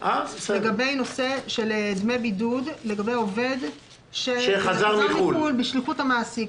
לגבי נושא של דמי בידוד לגבי עובד שחזר מחוץ לארץ בשליחות המעסיק.